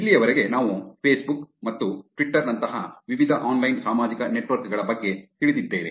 ಇಲ್ಲಿಯವರೆಗೆ ನಾವು ಫೇಸ್ಬುಕ್ ಮತ್ತು ಟ್ವಿಟರ್ ನಂತಹ ವಿವಿಧ ಆನ್ಲೈನ್ ಸಾಮಾಜಿಕ ನೆಟ್ವರ್ಕ್ ಗಳ ಬಗ್ಗೆ ತಿಳಿದಿದ್ದೇವೆ